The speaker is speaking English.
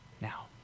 Now